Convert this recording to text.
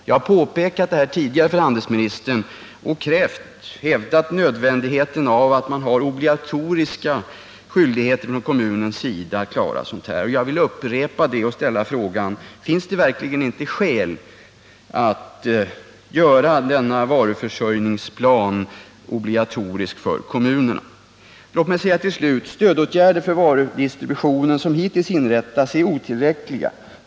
Jag har påpekat detta tidigare för handelsministern och hävdat nödvändigheten att kommunen har en obligatorisk skyldighet att klara sådana här problem. Jag vill upprepa det och ställa frågan: Finns det verkligen inte skäl att göra denna varuförsörjningsplan obligatorisk för kommunerna? De stödåtgärder för varudistributionen som hittills inrättats är otillräckliga.